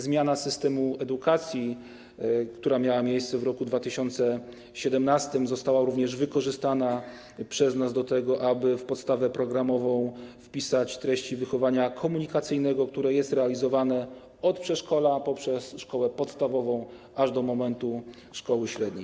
Zmiana systemu edukacji, która miała miejsce w roku 2017, została również wykorzystana przez nas do tego, aby w podstawę programową wpisać treści wychowania komunikacyjnego, które jest realizowane od przedszkola, poprzez szkołę podstawową, aż do momentu szkoły średniej.